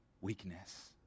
weakness